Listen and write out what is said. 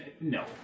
No